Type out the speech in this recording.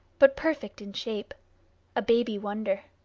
but perfect in shape a baby-wonder.